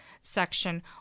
section